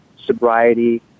sobriety